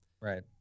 right